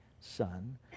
son